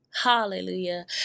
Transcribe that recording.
Hallelujah